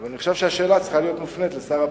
אבל אני חושב שהשאלה צריכה להיות מופנית אל שר הפנים.